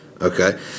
okay